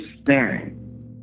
staring